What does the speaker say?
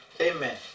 Amen